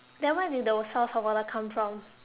then where did the source of water come from